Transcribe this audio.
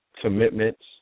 commitments